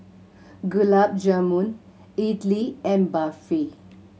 Gulab Jamun Idili and Barfi